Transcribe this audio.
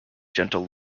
gentle